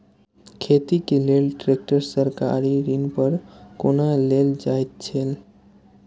खेती के लेल ट्रेक्टर सरकारी ऋण पर कोना लेल जायत छल?